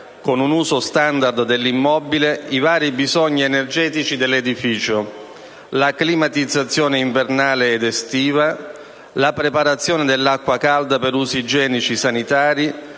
con un uso standard dell'immobile, i vari bisogni energetici dell'edificio, la climatizzazione invernale e estiva, la preparazione dell'acqua calda per usi igienici sanitari,